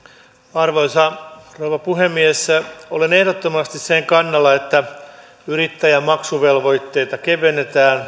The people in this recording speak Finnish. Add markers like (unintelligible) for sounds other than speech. arvoisa rouva puhemies olen ehdottomasti sen kannalla että yrittäjän maksuvelvoitteita kevennetään (unintelligible)